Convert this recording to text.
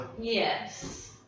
Yes